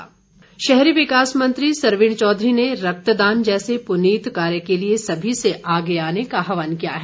सरवीण चौधरी शहरी विकास मंत्री सरवीण चौधरी ने रक्तदान जैसे पूनीत कार्य के लिए सभी से आगे आने का आहवान किया है